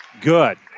good